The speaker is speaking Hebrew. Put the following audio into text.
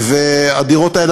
הדירות האלה,